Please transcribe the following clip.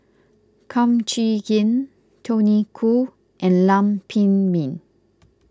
Kum Chee Kin Tony Khoo and Lam Pin Min